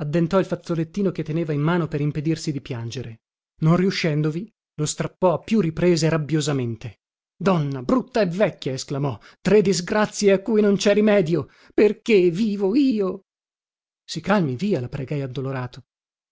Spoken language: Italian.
il fazzolettino che teneva in mano per impedirsi di piangere non riuscendovi lo strappò a più riprese rabbiosamente donna brutta e vecchia esclamò tre disgrazie a cui non cè rimedio perché vivo io si calmi via la pregai addolorato